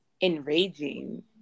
enraging